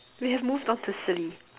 we have moved on to silly